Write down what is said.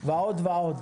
ועוד ועוד.